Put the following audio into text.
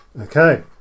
Okay